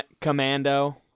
commando